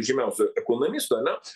žymiausių ekonomistų ane